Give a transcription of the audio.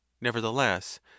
Nevertheless